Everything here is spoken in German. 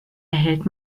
erhält